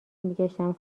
میگشتم